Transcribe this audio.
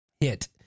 hit